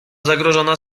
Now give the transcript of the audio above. zagrożona